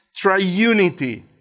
triunity